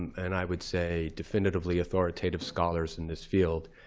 and i would say definitively authoritative, scholars in this field.